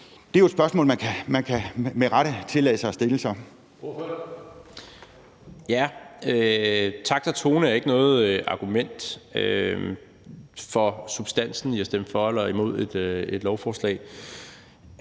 Det er jo et spørgsmål, man så med rette kan tillade sig at stille. Kl.